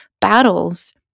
battles